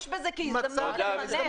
תשתמש בזה כהזדמנות למנף.